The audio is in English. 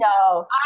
No